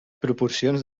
proporcions